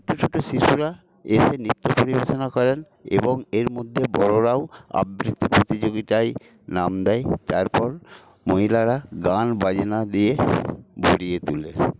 ছোটো ছোটো শিশুরা এসে নৃত্য পরিবেশনা করেন এবং এর মধ্যে বড়োরাও আবৃত্তি প্রতিযোগিতায় নাম দেয় তারপর মহিলারা গান বাজনা দিয়ে ভরিয়ে তোলে